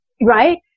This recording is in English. Right